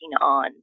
on